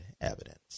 evidence